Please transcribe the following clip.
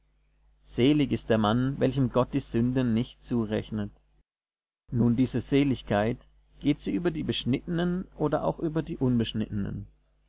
selig ist der mann welchem gott die sünde nicht zurechnet nun diese seligkeit geht sie über die beschnittenen oder auch über die unbeschnittenen